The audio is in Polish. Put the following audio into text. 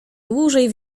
dłużej